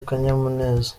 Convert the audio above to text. akanyamuneza